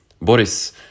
Boris